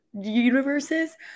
universes